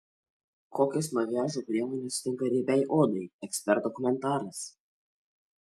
kokios makiažo priemonės tinka riebiai odai eksperto komentaras